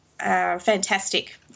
fantastic